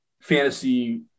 fantasy